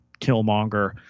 killmonger